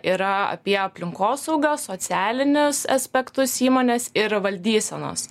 yra apie aplinkosaugą socialinius aspektus įmonės ir valdysenos